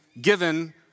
given